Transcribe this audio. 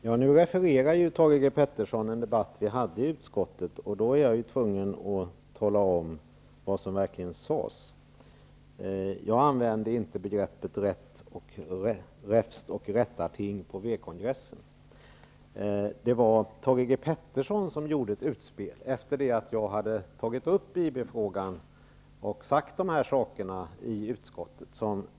Herr talman! Thage G. Peterson refererar nu en debatt som vi hade i utskottet. Därför är jag tvungen att tala om vad som verkligen sades. Jag använde inte begreppet räfst och rättarting på Peterson som gjorde ett utspel efter det att jag hade tagit upp IB-frågan och sagt de här sakerna i utskottet.